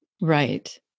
Right